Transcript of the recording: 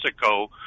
Mexico